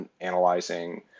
Analyzing